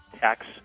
tax